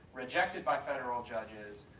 rejected by federal judges,